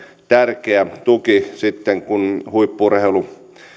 tärkeä tuki sitten kun huippu urheilu